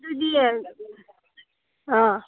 ꯑꯗꯨꯗꯤ ꯑꯥ